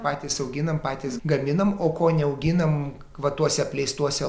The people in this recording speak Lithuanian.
patys auginam patys gaminam o ko neauginam va tuose apleistuose